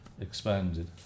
expanded